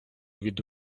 від